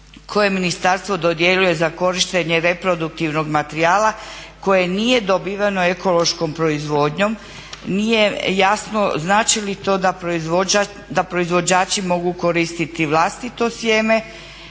koje ministarstvo dodjeljuje za korištenje reproduktivnog materijala koje nije dobiveno ekološkom proizvodnjom, nije jasno znači li to da proizvođači mogu koristiti vlastito sjeme